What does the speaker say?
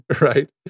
Right